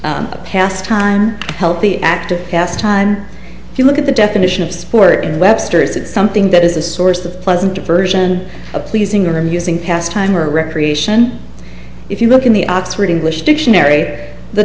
of past time healthy active past time if you look at the definition of sport in webster is it something that is a source of pleasant diversion a pleasing or amusing pastime or recreation if you look in the oxford english dictionary the